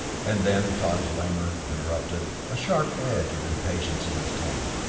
and then, taj lamor interrupted, a sharp edge of impatience in his tone,